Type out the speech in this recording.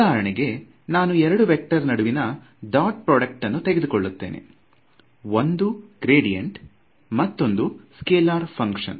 ಉದಾಹರಣೆಗೆ ನಾನು ಎರಡು ವೇಕ್ಟರ್ ನಡುವಿನ ಡಾಟ್ ಪ್ರೊಡ್ಯೂಕ್ಟ್ ಅನ್ನು ತೆಗೆದುಕೊಳ್ಳುತ್ತೇನೆ ಒಂದು ಗ್ರೇಡಿಯಂಟ್ ಮತ್ತೊಂದು ಸ್ಕೆಲಾರ್ ಫ್ಹಂಕ್ಷನ್